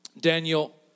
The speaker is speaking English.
Daniel